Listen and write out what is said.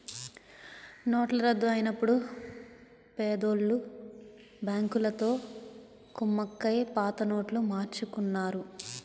నోట్ల రద్దు అయినప్పుడు పెద్దోళ్ళు బ్యాంకులతో కుమ్మక్కై పాత నోట్లు మార్చుకున్నారు